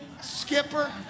Skipper